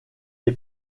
est